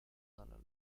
dalla